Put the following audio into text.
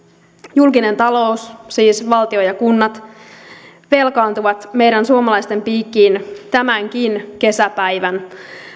julkinen talous siis valtio ja kunnat velkaantuu meidän suomalaisten piikkiin tämänkin kesäpäivän